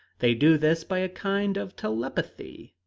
they do this by a kind of telepathy.